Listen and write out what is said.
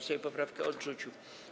Sejm poprawkę odrzucił.